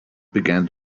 began